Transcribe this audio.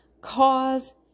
cause